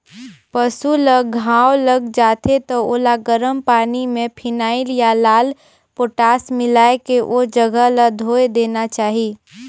पसु ल घांव लग जाथे त ओला गरम पानी में फिनाइल या लाल पोटास मिलायके ओ जघा ल धोय देना चाही